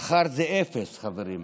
ומחר זה אפס, חברים,